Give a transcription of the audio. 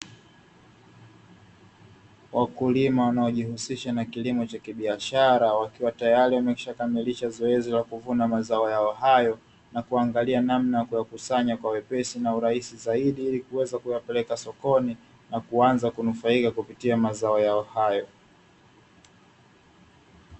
Wakulima wanaojihusisha na kilimo cha biashara na wakiwa tayri wameshakamilisha zoezi la kuvuna mazao yao hayo na kuangalia namna ya kuyakusanya kwa wepesi na urahisi zaidi ili kuweza kuyapeleka sokoni na kuanza kunufaika kupitia mazao yao hayo.